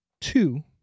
two